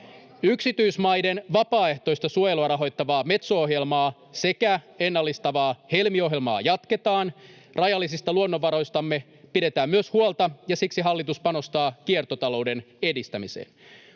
Yksityismaiden vapaaehtoista suojelua rahoittavaa Metso-ohjelmaa sekä ennallistavaa Helmi-ohjelmaa jatketaan. Rajallisista luonnonvaroistamme pidetään myös huolta, ja siksi hallitus panostaa kiertotalouden edistämiseen.